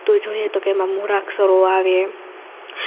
તો જોઈએ તો કે એમાં મૂળાક્ષરો આવે